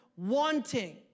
wanting